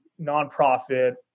nonprofit